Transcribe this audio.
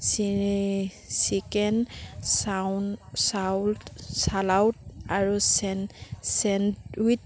C chicken চাউন চাউড salad আৰু ছেণ্ড ছেণ্ডউইত